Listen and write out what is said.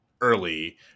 early